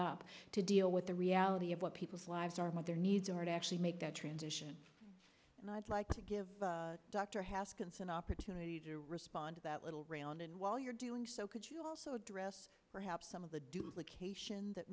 up to deal with the reality of what people's lives are what their needs are to actually make that transition and i'd like to give dr haskins an opportunity to respond to that little round and while you're doing so could you also address perhaps some of the